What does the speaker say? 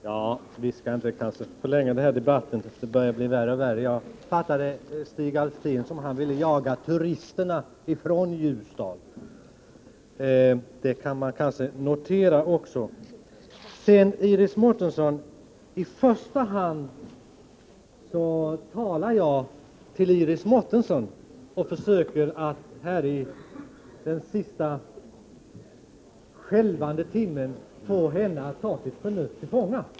Herr talman! Vi skall väl inte förlänga den här debatten — det börjar bli värre och värre. Jag fattade Stig Alftin som om han ville jaga turisterna från Ljusdal. Det kanske bör noteras. Till Iris Mårtensson: I första hand talar jag till Iris Mårtensson och försöker att i den sista skälvande minuten få henne att ta sitt förnuft till fånga.